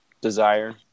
Desire